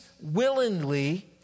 willingly